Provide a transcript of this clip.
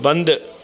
बंदि